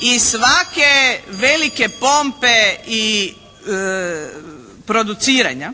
i svake velike pompe i produciranja